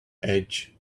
edge